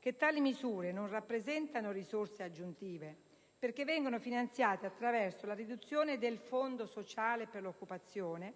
che tali misure non rappresentano risorse aggiuntive, perché vengono finanziate attraverso la riduzione del Fondo sociale per l'occupazione